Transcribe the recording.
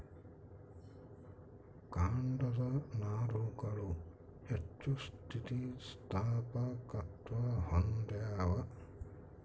ಕಾಂಡದ ನಾರುಗಳು ಹೆಚ್ಚು ಸ್ಥಿತಿಸ್ಥಾಪಕತ್ವ ಹೊಂದ್ಯಾವ